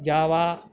java